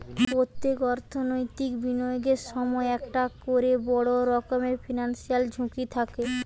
পোত্তেক অর্থনৈতিক বিনিয়োগের সময়ই একটা কোরে বড় রকমের ফিনান্সিয়াল ঝুঁকি থাকে